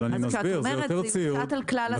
את אומרת שזה יושת על כלל הציבור,